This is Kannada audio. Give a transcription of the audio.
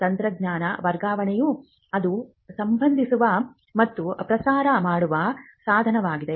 ತಂತ್ರಜ್ಞಾನ ವರ್ಗಾವಣೆಯು ಅದು ಸಂಭವಿಸುವ ಮತ್ತು ಪ್ರಸಾರ ಮಾಡುವ ಸಾಧನವಾಗಿದೆ